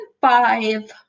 five